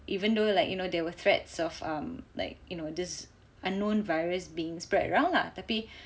even though like you know there were threats of um like you know this unknown virus being spread around lah tapi